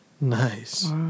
Nice